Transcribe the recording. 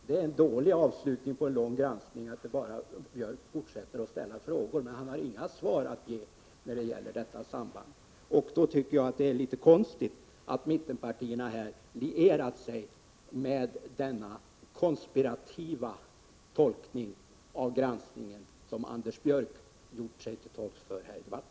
Det är en dålig avslutning på en lång granskning att fortsätta med att ställa frågor. Anders Björck har inga svar att ge när det gäller det påstådda sambandet, och därför tycker jag att det är litet konstigt att mittenpartierna har lierat sig med Anders Björck i den konspirativa tolkning av granskningen som han gett uttryck för i debatten.